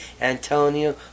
Antonio